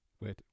Wait